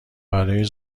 برای